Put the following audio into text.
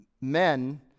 Men